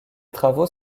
travaux